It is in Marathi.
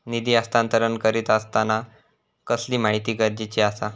निधी हस्तांतरण करीत आसताना कसली माहिती गरजेची आसा?